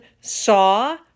saw